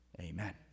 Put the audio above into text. Amen